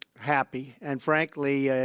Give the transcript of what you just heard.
happy and frankly,